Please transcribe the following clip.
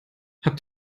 habt